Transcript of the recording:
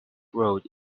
road